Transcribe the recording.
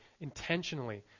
intentionally